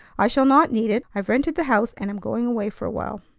i shall not need it. i've rented the house, and am going away for a while.